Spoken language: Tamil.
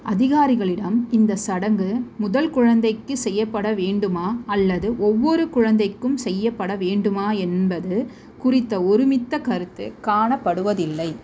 அதிகாரிகளிடம் இந்த சடங்கு முதல் குழந்தைக்கு செய்யப்பட வேண்டுமா அல்லது ஒவ்வொரு குழந்தைக்கும் செய்யப்பட வேண்டுமா என்பது குறித்த ஒருமித்த கருத்து காணப்படுவதில்லை